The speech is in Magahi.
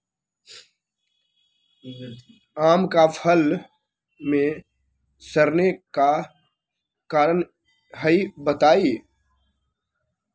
आम क फल म सरने कि कारण हई बताई?